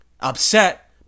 upset